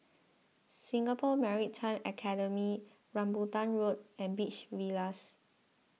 Singapore Maritime Academy Rambutan Road and Beach Villas